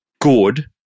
good